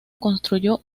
construyó